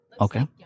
Okay